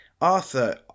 Arthur